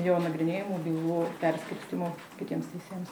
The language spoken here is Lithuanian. jo nagrinėjamų bylų perskirstymo kitiems teisėjams